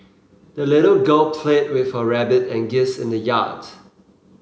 the little girl played with her rabbit and geese in the yard